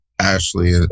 Ashley